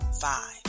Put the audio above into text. five